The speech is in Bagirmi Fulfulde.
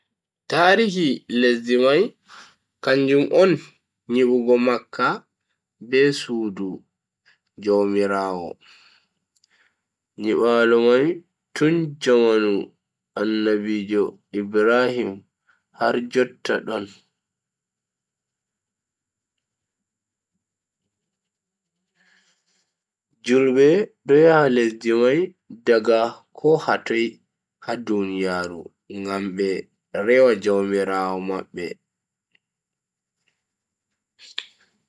Tarihi lesdi mai kanjum on nyibugo makka be sudu jaumiraawo. nyibaalu mai tun jamanu anabijo Ibrahim har jotta don. julbe do yaha lesdi mai daga ko hatoi ha duniyaaru ngam be rewa jaumiraawo mabbe.